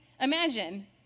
imagine